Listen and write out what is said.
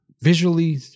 visually